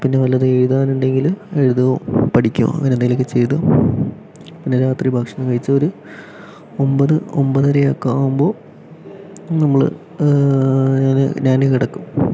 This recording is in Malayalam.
പിന്നെ വല്ലതും എഴുതാനുണ്ടെങ്കിൽ എഴുതുകയും പഠിക്കുകയും അങ്ങനെ എന്തെങ്കിലുമൊക്കെ ചെയ്ത് പിന്നെ രാത്രി ഭക്ഷണം കഴിച്ച് ഒരു ഒമ്പത് ഒമ്പതരയൊക്കെ ആകുമ്പോൾ നമ്മൾ ഞാൻ കിടക്കും